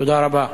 תודה רבה.